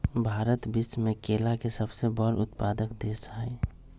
भारत विश्व में केला के सबसे बड़ उत्पादक देश हई